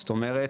זאת אומרת,